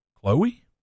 Chloe